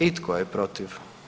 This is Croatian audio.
I tko je protiv?